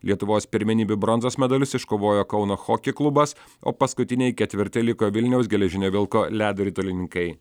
lietuvos pirmenybių bronzos medalius iškovojo kauno hockey klubas o paskutiniai ketvirti liko vilniaus geležinio vilko ledo ritulininkai